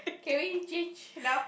can we change now